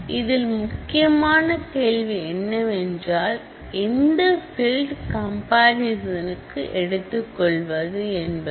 இதில் முக்கியமான கேள்வி என்னவென்றால் எந்த பீல்டு கம்பரிசன் எடுத்துக் கொள்வது என்பது